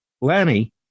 Lanny